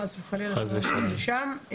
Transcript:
חס וחלילה שלא נגיע לשם.